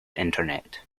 internet